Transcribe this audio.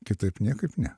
kitaip niekaip ne